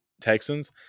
Texans